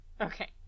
Okay